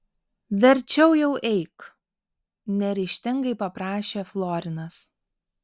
verčiau jau eik neryžtingai paprašė florinas